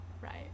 Right